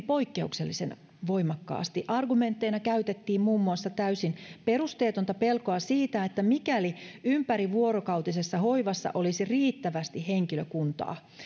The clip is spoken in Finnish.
poikkeuksellisen voimakkaasti argumentteina käytettiin muun muassa täysin perusteetonta pelkoa siitä että mikäli ympärivuorokautisessa hoivassa olisi riittävästi henkilökuntaa